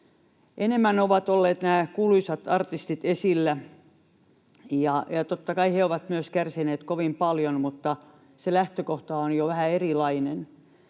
Enemmän ovat olleet nämä kuuluisat artistit esillä, ja totta kai myös he ovat kärsineet kovin paljon, mutta se lähtökohta on jo vähän erilainen.